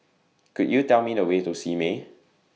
Could YOU Tell Me The Way to Simei